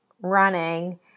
running